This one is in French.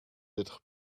être